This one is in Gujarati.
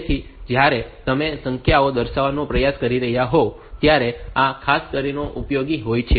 તેથી જ્યારે તમે સંખ્યાઓ દર્શાવવાનો પ્રયાસ કરી રહ્યાં હોવ ત્યારે આ ખાસ કરીને ઉપયોગી હોય છે